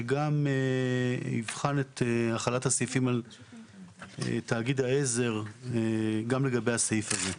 שגם יבחן את החלת הסעיפים על תאגיד העזר גם לגבי הסעיף הזה.